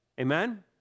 Amen